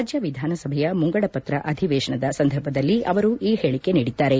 ರಾಜ್ಯ ವಿಧಾನಸಭೆಯ ಮುಂಗಡಪತ್ರ ಅಧಿವೇಶನದ ಸಂದರ್ಭದಲ್ಲಿ ಅವರು ಈ ಹೇಳಿಕೆ ನೀಡಿದ್ದಾರೆ